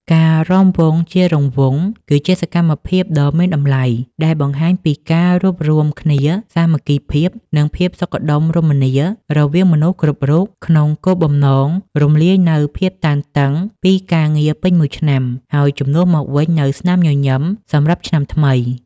ការរាំវង់ជារង្វង់គឺជាសកម្មភាពដ៏មានតម្លៃ ដែលបង្ហាញពីការរួបរួមគ្នា សាមគ្គីភាព និងភាពសុខដុមរមនារវាងមនុស្សគ្រប់រូប ក្នុងគោលបំណងរំលាយនូវភាពតានតឹងពីការងារពេញមួយឆ្នាំ ហើយជំនួសមកវិញនូវស្នាមញញឹមសម្រាប់ឆ្នាំថ្មី។